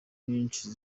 nyinshi